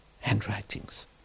handwritings